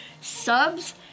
subs